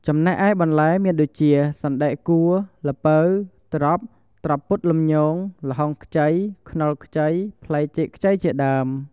ចំណែកឯបន្លែមានដូចជា សណ្ដែកកួរ ល្ពៅ ត្រប់ ត្រប់ពុតលំញង ល្ហុងខ្ចី ខ្នុរខ្ចី ផ្លែចេកខ្ចីជាដើម។